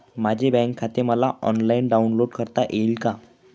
माझे बँक खाते मला ऑनलाईन डाउनलोड करता येईल का?